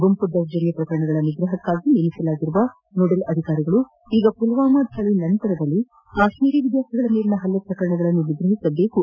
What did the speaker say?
ಗುಂಪು ದೌರ್ಜನ್ಯ ಪ್ರಕರಣಗಳ ನಿಗ್ರಹಕ್ಕಾಗಿ ನೇಮಿಸಲಾಗಿರುವ ನೊಡೆಲ್ ಅಧಿಕಾರಿಗಳು ಈಗ ಪುಲ್ವಾಮ ದಾಳ ನಂತರದಲ್ಲಿ ಕಾಶ್ಮೀರಿ ವಿದ್ವಾರ್ಥಿಗಳ ಮೇಲಿನ ಹಲ್ಲೆ ಪ್ರಕರಣಗಳನ್ನು ನಿಗ್ರಹಿಸಬೇಕೆಂದು ನ್ವಾಯಾಲಯ ತಿಳಿಸಿದೆ